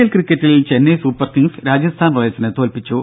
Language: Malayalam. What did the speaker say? എൽ ക്രിക്കറ്റിൽ ചെന്നൈ സൂപ്പർ കിംഗ്സ് രാജസ്ഥാൻ റോയൽസിനെ തോൽപ്പിച്ചു